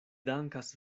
dankas